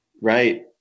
Right